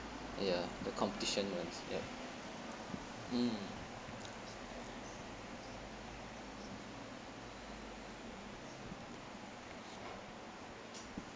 ya the competition's one yup mm